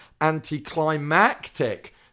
anticlimactic